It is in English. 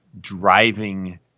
driving